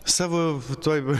savo toj